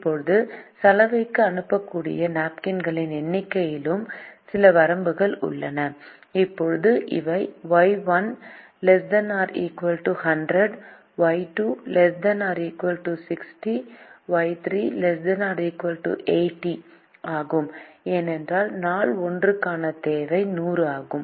இப்போது சலவைக்கு அனுப்பக்கூடிய நாப்கின்களின் எண்ணிக்கையிலும் சில வரம்புகள் உள்ளன இப்போது இவை Y 1≤100 Y 2≤60 Y 3≤80 ஆகும் ஏனென்றால் நாள் 1 க்கான தேவை 100 ஆகும்